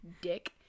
Dick